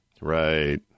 Right